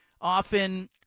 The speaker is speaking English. often